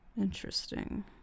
Interesting